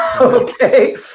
okay